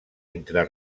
entre